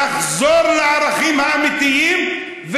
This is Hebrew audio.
לחזור לערכים האמיתיים,